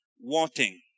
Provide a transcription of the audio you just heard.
wanting